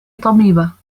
طبيبة